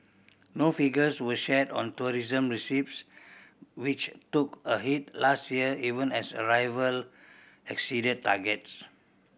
no figures were shared on tourism receipts which took a hit last year even as arrival exceeded targets